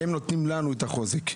הם נותנים לנו את החוזק.